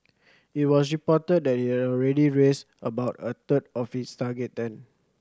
it was reported that it already raised about a third of its target then